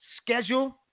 schedule